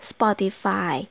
Spotify